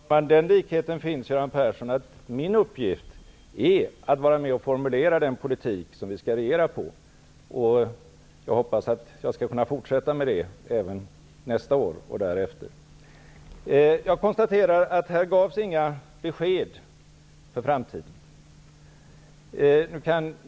Fru talman! Det finns en likhet, Göran Perssson. Min uppgift är att vara med och formulera den politik som vi skall regera utifrån. Jag hoppas att jag skall kunna fortsätta med det även nästa år och åren därefter. Jag konstaterar att här gavs inga besked inför framtiden.